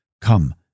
come